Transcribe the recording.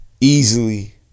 easily